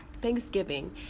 Thanksgiving